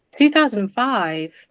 2005